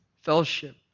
fellowship